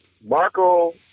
Marco